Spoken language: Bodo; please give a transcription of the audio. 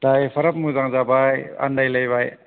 दा एफाराब मोजां जाबाय आन्दाय लायबाय